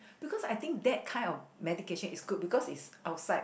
because I think that kind of medication is good because it's outside